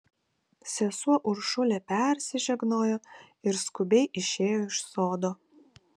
sesuo uršulė persižegnojo ir skubiai išėjo iš sodo